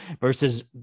versus